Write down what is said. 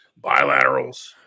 bilaterals